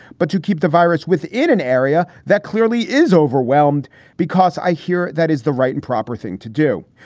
but to keep the virus within an area that clearly is overwhelmed because i hear that is the right and proper thing to do.